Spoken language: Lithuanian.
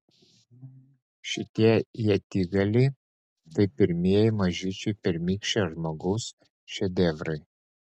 šitie ietigaliai tai pirmieji mažyčiai pirmykščio žmogaus šedevrai